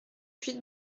huit